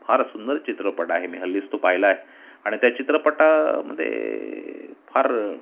फार सुंदर चित्रपट आहे मी हल्लीच तो पाहिला आहे आणि त्या चित्रपटामध्ये फार